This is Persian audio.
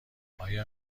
آیا